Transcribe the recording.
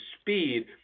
speed